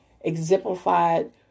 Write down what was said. exemplified